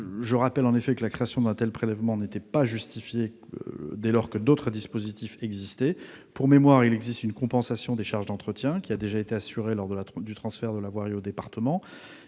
départementale. La création d'un tel prélèvement n'est pas justifiée, dès lors que d'autres dispositifs existent. Je rappelle ainsi qu'une compensation des charges d'entretien a déjà été assurée lors du transfert de la voirie au département.